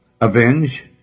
avenge